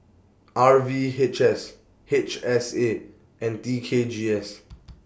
R V H S H S A and T K G S